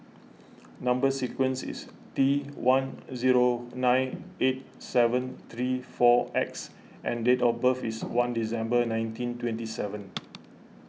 Number Sequence is T one zero nine eight seven three four X and date of birth is one December nineteen twenty seven